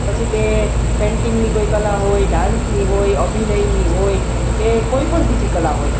પછી તે પેંટિંગની કોઈ કલા હોય ડાંસની હોય અભિનયની હોય કે કોઈપણ બીજી કલા હોય